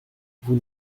vous